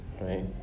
right